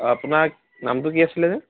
অঁ আপোনাৰ নামটো কি আছিলে যে